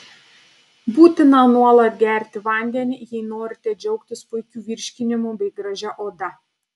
būtina nuolat gerti vandenį jei norite džiaugtis puikiu virškinimu bei gražia oda